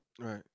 Right